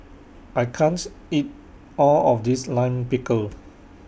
I can't eat All of This Lime Pickle